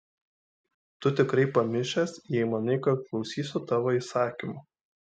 tu tikrai pamišęs jei manai kad klausysiu tavo įsakymų